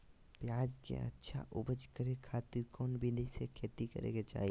प्याज के अच्छा उपज करे खातिर कौन विधि से खेती करे के चाही?